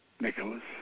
Nicholas